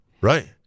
Right